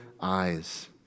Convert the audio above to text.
eyes